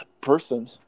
person